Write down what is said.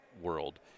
world